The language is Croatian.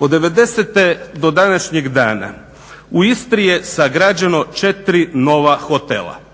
od 90-te do današnjeg dana u Istri je sagrađeno 4 nova hotela.